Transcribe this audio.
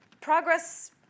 progress